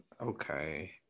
Okay